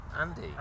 Andy